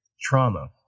trauma